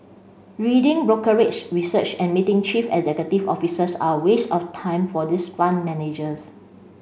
reading brokerage research and meeting chief executive officers are a waste of time for this fund managers